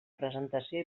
presentació